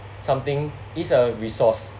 something is a resource